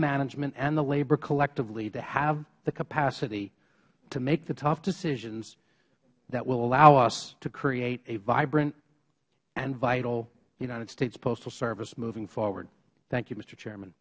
management and the labor collectively the capacity to make the tough decisions that will allow us to create a vibrant and vital united states postal service moving forward thank you mister